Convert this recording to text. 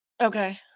Okay